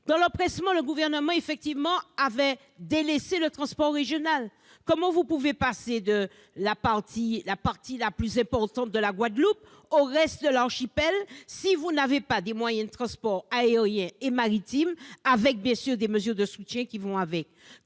Dans son empressement, le Gouvernement a délaissé le transport régional. Comment pouvez-vous passer de la partie la plus importante de la Guadeloupe au reste de l'archipel si vous n'avez pas des moyens de transport aérien et maritime, avec les mesures de soutien qui vont avec ?